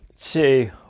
two